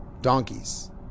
donkeys